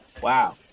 wow